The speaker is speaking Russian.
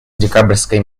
декабрьской